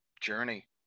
journey